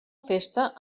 festa